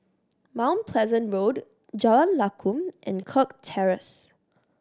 Mount Pleasant Road Jalan Lakum and Kirk Terrace